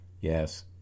Yes